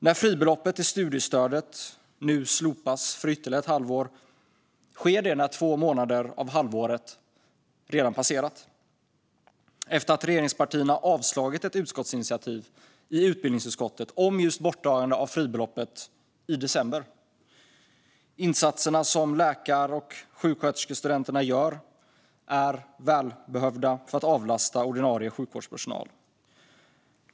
När fribeloppet i studiestödet nu slopas för ytterligare ett halvår sker det när två månader av halvåret redan har passerat. I december avstyrkte också regeringspartierna ett utskottsinitiativ i utbildningsutskottet om just borttagande av fribeloppet. Insatserna som läkar och sjuksköterskestudenterna gör är välbehövda för att avlasta ordinarie sjukvårdspersonal.